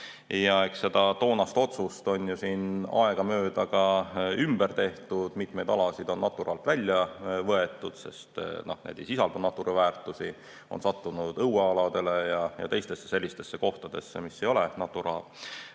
seda toonast otsust on ju siin aegamööda ka ümber tehtud. Mitmeid alasid on Natura alt välja võetud, sest need ei sisalda Natura väärtusi, on sattunud õuealadele ja teistesse sellistesse kohtadesse, mis ei ole Naturaga